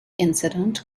incident